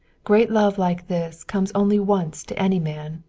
great love like this comes only once to any man,